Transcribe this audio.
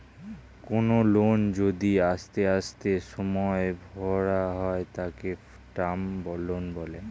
কোনো লোন যদি আস্তে আস্তে সময়ে ভরা হয় তাকে টার্ম লোন বলে